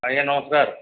ଆଜ୍ଞା ନମସ୍କାର